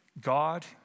God